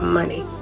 money